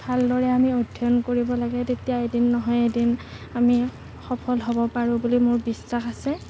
ভালদৰে আমি অধ্যয়ন কৰিব লাগে তেতিয়া এদিন নহয় এদিন আমি সফল হ'ব পাৰোঁ বুলি মোৰ বিশ্বাস আছে